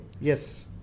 Yes